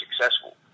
successful